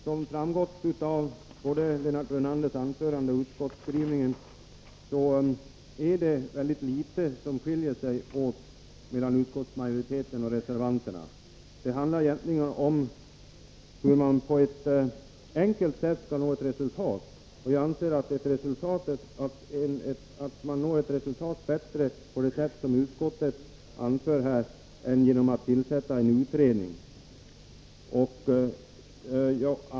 Herr talman! Som framgått av både Lennart Brunanders anförande och utskottskrivningen är det mycket litet som skiljer utskottsmajoriteten och reservanterna åt. Det handlar egentligen om hur man på ett enkelt sätt skall nå ett resultat. Jag anser att man når ett resultat bättre på det sätt som utskottet föreslår än genom att tillsätta en utredning.